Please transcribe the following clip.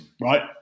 right